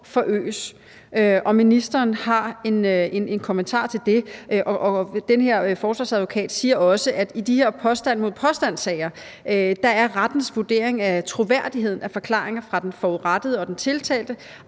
forøges.« Har ministeren en kommentar til det? Den her forsvarsadvokat siger også, at i de her påstand mod påstand-sager er rettens vurdering af troværdigheden af forklaringer fra den forurettede og den tiltalte